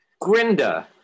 Grinda